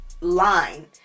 line